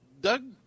Doug